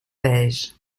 beige